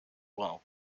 well